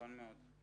נכון מאוד.